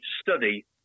study